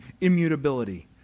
immutability